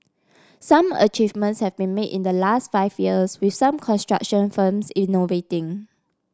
some achievements have been made in the last five years with some construction firms innovating